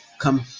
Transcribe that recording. come